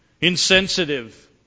Insensitive